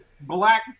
black